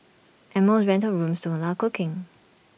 and most rental rooms don't allow cooking